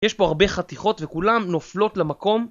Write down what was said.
יש פה הרבה חתיכות וכולן נופלות למקום